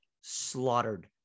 slaughtered